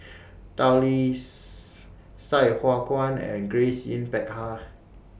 Tao Li Sai Hua Kuan and Grace Yin Peck Ha